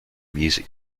music